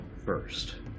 first